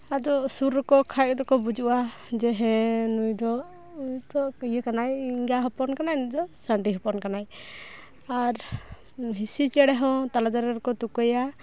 ᱟᱫᱚ ᱥᱩᱨ ᱟᱠᱚ ᱠᱷᱟᱱ ᱫᱚᱠᱚ ᱵᱩᱡᱩᱜᱼᱟ ᱦᱮᱸ ᱱᱩᱭ ᱫᱚ ᱦᱳᱭᱛᱳ ᱤᱭᱟᱹ ᱠᱟᱱᱟᱭ ᱮᱸᱜᱟ ᱦᱚᱯᱚᱱ ᱠᱟᱱᱟᱭ ᱱᱩᱭᱫᱚ ᱥᱟᱺᱰᱤ ᱦᱚᱯᱚᱱ ᱠᱟᱱᱟᱭ ᱟᱨ ᱦᱤᱥᱤ ᱪᱮᱬᱮ ᱦᱚᱸ ᱛᱟᱞᱮ ᱫᱟᱨᱮ ᱨᱮᱠᱚ ᱛᱩᱠᱟᱹᱭᱟ